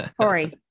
Corey